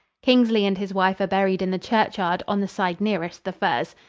kingsley and his wife are buried in the churchyard on the side nearest the firs.